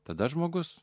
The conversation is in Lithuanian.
tada žmogus